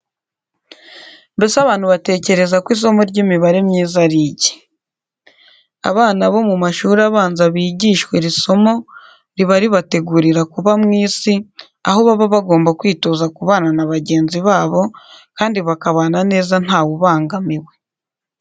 Mbese abantu batekereza ko isomo ry'imibanire myiza ari iki? Abana bo mu mashuri abanza bigishwa iri somo riba ribategurira kuba mu isi aho baba bagomba kwitoza kubana na bagenzi babo kandi bakabana neza nta we ubangamiwe.